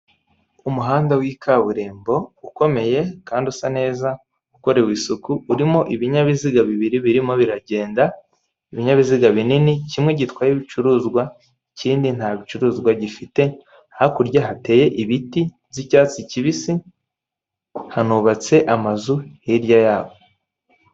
Umuhanda w'ikaburimbo ukomeye kandi usa neza, ukorewe isuku urimo ibinyabiziga bibiri birimo biragenda ibinyabiziga binini kimwe gitwaye ibicuruzwa ikindi nta bicuruzwa gifite hakurya hateye ibiti by'icyatsi kibisi hanubatse amazu hirya yabo.